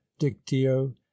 dictio